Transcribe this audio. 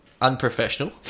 unprofessional